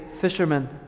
fishermen